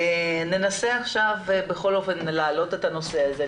ננסה עכשיו להעלות את הנושא הזה,